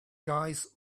guys